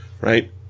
right